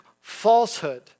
falsehood